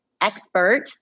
expert